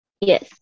yes